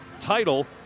title